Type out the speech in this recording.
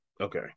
Okay